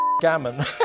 gammon